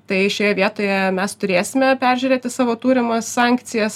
tai šioje vietoje mes turėsime peržiūrėti savo turimas sankcijas